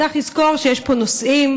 צריך לזכור שיש פה נוסעים.